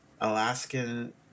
Alaskan